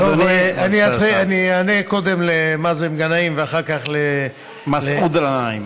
אני אענה קודם למאזן גנאים, מסעוד גנאים.